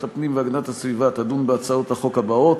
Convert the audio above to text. הפנים והגנת הסביבה תדון בהצעות החוק הבאות: